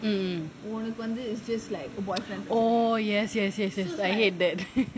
mm oh yes yes yes yes I hate that